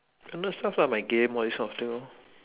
I do stuff like my game all this kind of thing orh